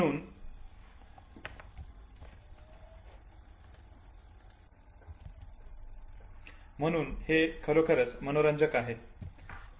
म्हणून हे खरोखरच मनोरंजक आहे